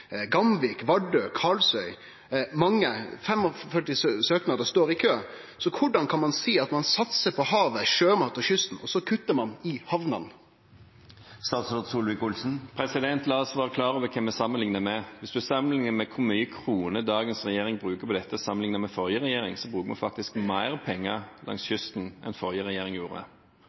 Gamvik, Vardø, Karlsøy – 45 søknader står i kø. Så korleis kan ein seie at ein satsar på havet, sjømat og kysten, og så kutter ein i hamnene? La oss være klar over hva vi sammenligner med. Hvis en sammenligner med hvor mange kroner dagens regjering bruker på dette sammenlignet med forrige regjering, bruker vi faktisk mer penger langs kysten enn forrige regjering gjorde,